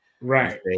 Right